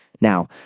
Now